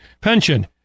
pension